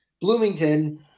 Bloomington